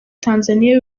tanzania